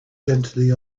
gently